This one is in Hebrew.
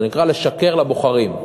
זה נקרא לשקר לבוחרים.